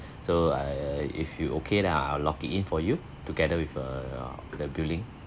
so err if you okay then I'll lock it in for you together with err the billing